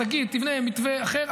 ששגית תבנה מתווה אחר,